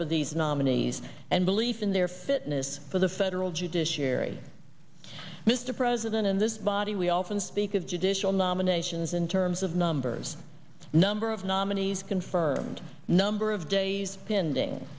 for these nominees and belief in their fitness for the federal judiciary mr president in this body we often speak of judicial nominations in terms of numbers number of nominees confirmed number of days pending